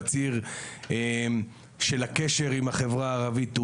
בציר של הקשר עם החברה הערבית,